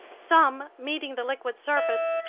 some, meeting the liquid surface,